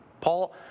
Paul